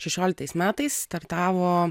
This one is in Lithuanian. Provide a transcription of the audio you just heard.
šešioliktais metais startavo